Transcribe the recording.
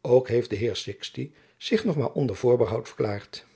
ook heeft de heer sixti zich nog maar onder voorbehoud verklaard